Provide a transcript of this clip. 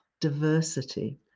diversity